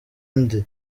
undi